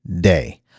day